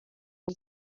ngo